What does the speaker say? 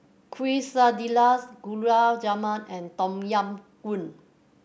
Quesadillas Gulab Jamun and Tom Yam Goong